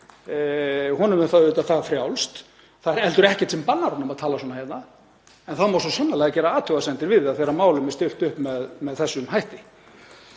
honum er það frjálst. Það er heldur ekkert sem bannar mönnum að tala svona en það má svo sannarlega gera athugasemdir við það þegar málum er stillt upp með þessum hætti.